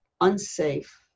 unsafe